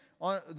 on